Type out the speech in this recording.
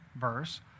verse